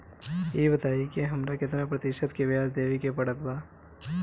ई बताई की हमरा केतना प्रतिशत के ब्याज देवे के पड़त बा?